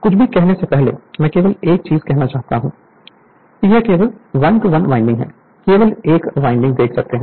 कुछ भी करने से पहले मैं केवल यह कहना चाहता हूं कि यह केवल 1 1 वाइंडिंग है केवल 1 वाइंडिंग देख सकते हैं